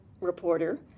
reporter